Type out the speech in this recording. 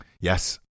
Yes